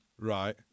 Right